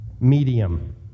medium